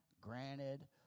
granted